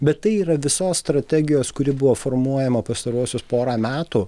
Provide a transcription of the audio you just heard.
bet tai yra visos strategijos kuri buvo formuojama pastaruosius porą metų